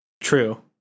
True